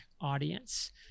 audience